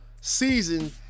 season